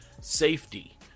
safety